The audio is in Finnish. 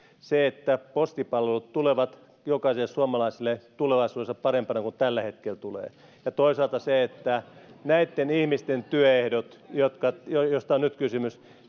se että postipalvelut tulevat jokaiselle suomalaiselle tulevaisuudessa parempina kuin tällä hetkellä ja toisaalta se että näitten seitsemänsadan ihmisen työehdot joista nyt on kysymys